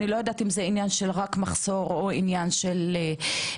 איני יודעת אם זה עניין של רק מחסור או עניין של משכורות.